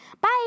Bye